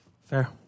Fair